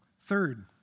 Third